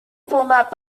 format